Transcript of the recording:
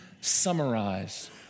summarize